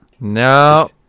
no